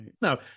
No